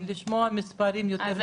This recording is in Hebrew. לשמוע מספרים יותר מדויקים.